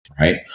right